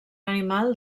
animal